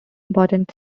important